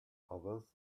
others